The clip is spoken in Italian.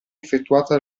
effettuata